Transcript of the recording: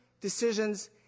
decisions